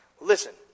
Listen